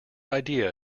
idea